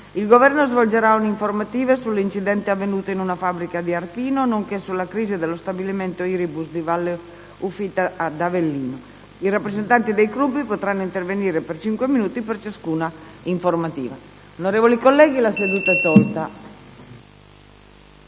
il Governo renderà un'informativa sull'incidente avvenuto in una fabbrica di Arpino, nonché sulla crisi dello stabilimento Irisbus di Valle Ufita, in provincia di Avellino. I rappresentanti dei Gruppi potranno intervenire per cinque minuti per ciascuna informativa.